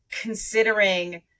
considering